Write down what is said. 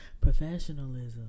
professionalism